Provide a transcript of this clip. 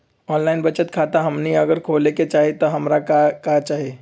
Online बचत खाता हमनी अगर खोले के चाहि त हमरा का का चाहि?